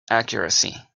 accuracy